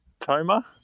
Toma